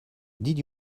did